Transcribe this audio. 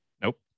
Nope